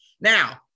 Now